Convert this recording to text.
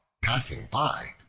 passing by,